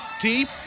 Deep